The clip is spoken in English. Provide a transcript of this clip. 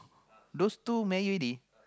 those two married already